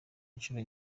inshuro